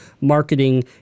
marketing